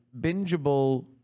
bingeable